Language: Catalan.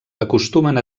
acostumen